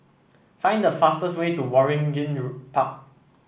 find the fastest way to Waringin Park